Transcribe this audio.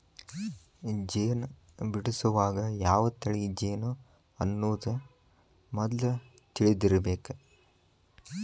ಜೇನ ಬಿಡಸುವಾಗ ಯಾವ ತಳಿ ಜೇನು ಅನ್ನುದ ಮದ್ಲ ತಿಳದಿರಬೇಕ